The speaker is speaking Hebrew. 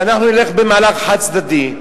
שאנחנו נלך במהלך חד-צדדי,